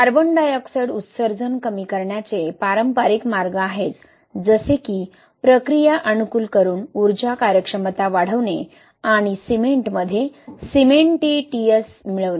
carbon dioxide उत्सर्जन कमी करण्याचे पारंपारिक मार्ग आहेत जसे की प्रक्रिया अनुकूल करून ऊर्जा कार्यक्षमता वाढवणे आणि सिमेंटमध्ये सिमेंटिटिअस मिळवणे